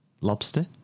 Lobster